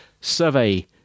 survey